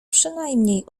przynajmniej